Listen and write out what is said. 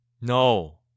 No